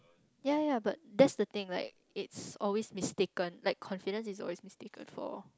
ya ya but that's the thing like it's always mistaken like confidence is always mistaken for